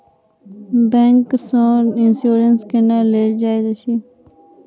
bank सँ insurance केना लेल जाइत अछि